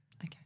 Okay